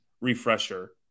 refresher